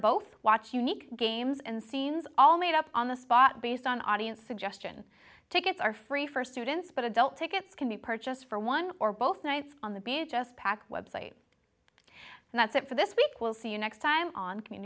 both watch unique games and scenes all made up on the spot based on audience suggestion tickets are free for students but adult tickets can be purchased for one or both nights on the beach just pack website and that's it for this week we'll see you next time on c